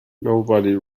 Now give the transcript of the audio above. nobody